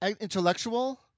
intellectual